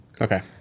Okay